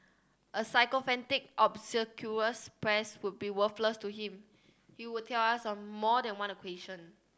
a sycophantic obsequious press would be worthless to him he would tell us on more than one